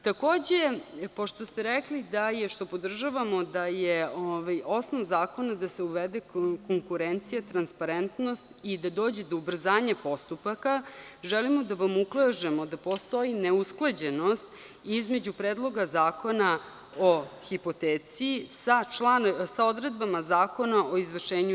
Takođe, pošto ste rekli, što podržavamo, da je osnov zakona da se uvede konkurencija transparentnost i da dođe do ubrzanja postupaka, želimo da vam ukažemo da postoji neusklađenost između Predloga zakona o hipoteci sa odredbama Zakona o izvršenju i